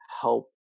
help